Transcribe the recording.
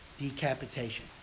decapitation